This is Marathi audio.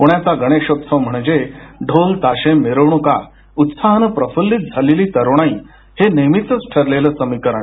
पूण्याचा गणेशोत्सव म्हणजे ढोल ताशे मिरवणूका उत्साहानं प्रफुल्लीत झालेली तरुणाई हे नेहेमीचं ठरलेलं समीकरण